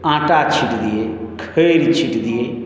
आँटा छीटि दियै खैर छीटि दियै